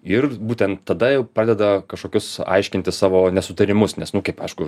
ir būtent tada pradeda kažkokius aiškinti savo nesutarimus nes nu kaip aišku